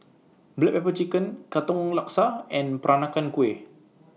Black Pepper Chicken Katong Laksa and Peranakan Kueh